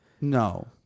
No